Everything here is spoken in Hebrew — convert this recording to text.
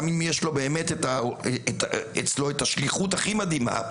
גם אם יש לו את השליחות הכי מדהימה,